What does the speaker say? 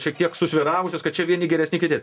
šiek tiek susvyravusios kad čia vieni geresni kiti